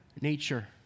nature